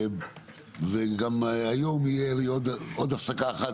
וגם היום תהיה עוד הפסקה אחת.